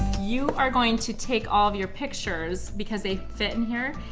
you are going to take all of your pictures, because they fit in here,